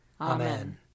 Amen